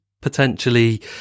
potentially